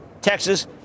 Texas